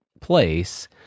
place